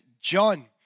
John